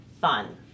fun